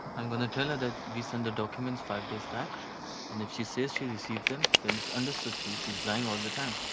i'm gonna tell that we sent the documents five days back and if she says she received them then it's understood that she's lying all the time.